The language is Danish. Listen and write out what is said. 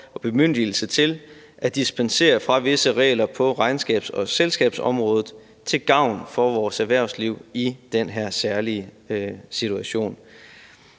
og bemyndigelse til at dispensere fra visse regler på regnskabs- og selskabsområdet til gavn for vores erhvervsliv i den her særlige situation.